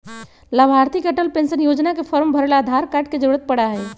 लाभार्थी के अटल पेन्शन योजना के फार्म भरे ला आधार कार्ड के जरूरत पड़ा हई